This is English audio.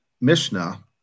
Mishnah